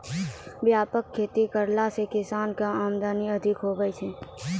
व्यापक खेती करला से किसान के आमदनी अधिक हुवै छै